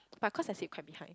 but cause I sit quite behind